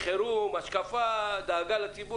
מה שאתה רוצה תעשה ------ אל תעיר לחבר כנסת.